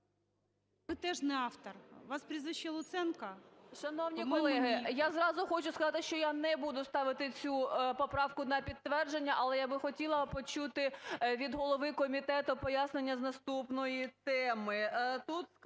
Ви теж не автор. У вас прізвище Луценко?